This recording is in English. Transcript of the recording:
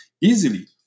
easily